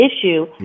issue